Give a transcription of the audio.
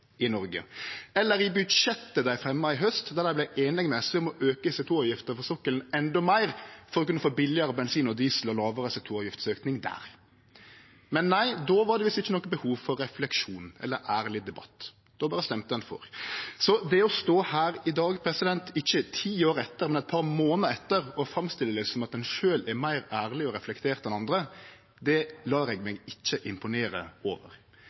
i Noreg, eller i budsjettet dei fremja i haust, der dei vart einige med SV om å auke CO 2 -avgiftene for sokkelen endå meir for å kunne få billegare bensin og diesel og lågare CO 2 -avgiftsauke der. Men nei, då var det visst ikkje noko behov for refleksjon eller ærleg debatt. Då berre stemte ein for. Så det å stå her i dag – ikkje ti år etterpå, men eit par månader etterpå – og framstille det som at ein sjølv er ærlegare og meir reflektert enn andre, lar eg meg ikkje imponere over.